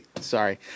Sorry